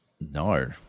No